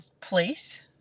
place